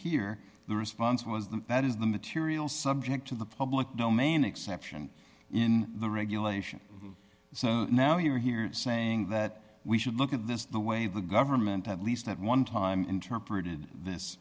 here the response was the that is the material subject to the public domain exception in the regulation so now you are here saying that we should look at this the way the government at least at one time interpreted this